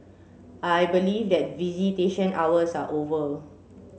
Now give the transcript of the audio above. I believe that visitation hours are over